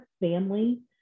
family